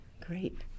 great